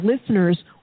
listeners